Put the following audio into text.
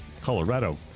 Colorado